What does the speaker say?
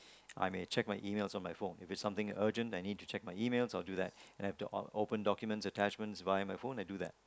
I may check my emails on my phone if it's something urgent that I need to check my emails I will do that and I have to o~ open documents attachments via my phone I do that